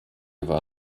war